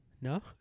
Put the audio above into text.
No